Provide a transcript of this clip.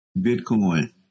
Bitcoin